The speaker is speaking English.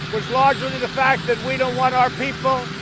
the fact that we don't want our people,